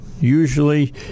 Usually